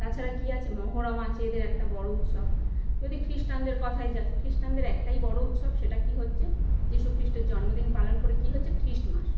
তাছাড়া কী আছে মহরম আছে এদের একটা বড়ো উৎসব যদি খ্রিস্টানদের কথায় যাই খ্রিস্টানদের বড়ো উৎসব সেটা কি হচ্ছে যীশু খ্রীষ্টের জন্মদিন পালন করে কি হচ্ছে খ্রিস্টমাস